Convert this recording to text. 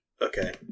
Okay